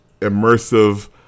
immersive